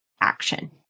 action